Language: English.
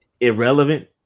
irrelevant